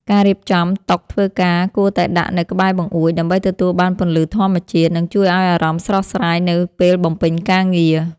ការរៀបចំតុធ្វើការគួរតែដាក់នៅក្បែរបង្អួច ដើម្បីទទួលបានពន្លឺធម្មជាតិ និងជួយឱ្យអារម្មណ៍ស្រស់ស្រាយនៅពេលបំពេញការងារ។